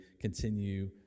continue